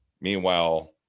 Meanwhile